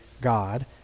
God